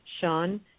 Sean